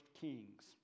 Kings